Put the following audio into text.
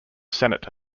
senate